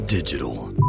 digital